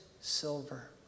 silver